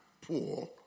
poor